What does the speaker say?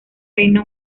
reino